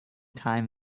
time